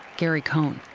gary cohn.